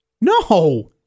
No